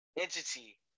entity